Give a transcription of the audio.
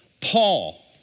Paul